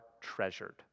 treasured